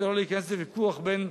כדי לא להיכנס לוויכוח בין